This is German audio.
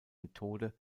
methode